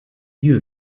you